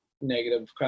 negative